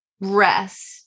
rest